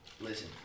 Listen